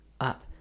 up